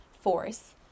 force